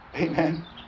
Amen